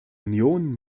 union